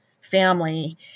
family